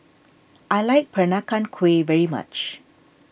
I like Peranakan Kueh very much